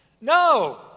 No